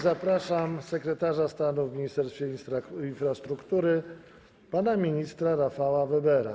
Zapraszam sekretarza stanu w Ministerstwie Infrastruktury pana ministra Rafała Webera.